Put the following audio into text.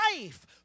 life